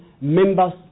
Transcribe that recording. members